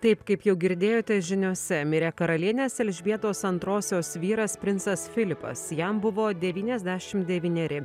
taip kaip jau girdėjote žiniose mirė karalienės elžbietos antrosios vyras princas filipas jam buvo devyniasdešimt devyneri